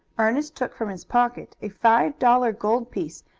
ernest took from his pocket a five-dollar gold piece,